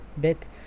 bit